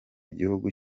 gihugu